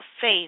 faith